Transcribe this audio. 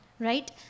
Right